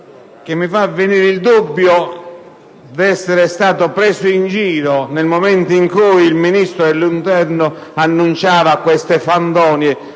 mi fa venire il dubbio di essere stato preso in giro nel momento in cui il Ministro dell'interno annunciava queste fandonie